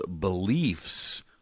beliefs